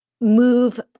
move